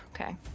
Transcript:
Okay